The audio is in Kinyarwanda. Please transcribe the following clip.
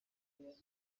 indiana